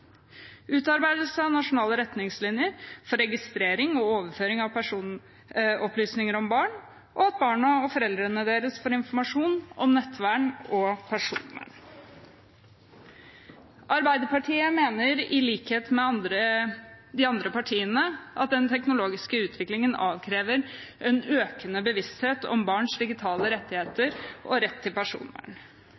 utarbeidelse av nasjonale retningslinjer for registrering og overføring av personopplysninger om barn og at barna og foreldrene deres får informasjon om nettvett og personvern. Arbeiderpartiet mener i likhet med de andre partiene at den teknologiske utviklingen krever en økende bevissthet om barns digitale rettigheter